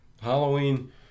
Halloween